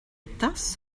tas